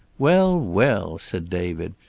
well, well! said david.